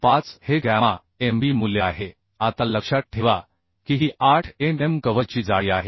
25 हे gamma MB मूल्य आहे आता लक्षात ठेवा की ही 8 mm कव्हरची जाडी आहे